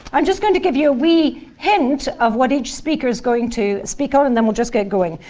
i'm just going to give you a wee hint of what each speaker is going to speak on and then we will just get going.